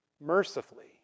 mercifully